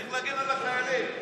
צריך להגן על החיילים.